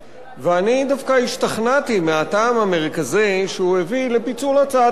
ואני דווקא השתכנעתי מהטעם המרכזי שהוא הביא לפיצול הצעת החוק.